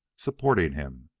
supporting him,